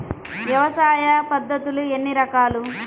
వ్యవసాయ పద్ధతులు ఎన్ని రకాలు?